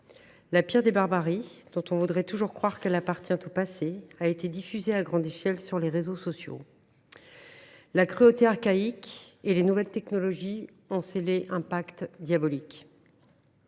La pire des barbaries, dont on voudrait toujours croire qu’elle appartient au passé, a été diffusée à grande échelle sur les réseaux sociaux. La cruauté archaïque et les nouvelles technologies ont scellé un pacte diabolique.